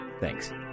Thanks